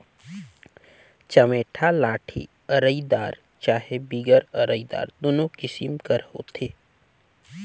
चमेटा लाठी अरईदार चहे बिगर अरईदार दुनो किसिम कर होथे